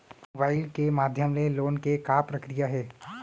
Mobile के माधयम ले लोन के का प्रक्रिया हे?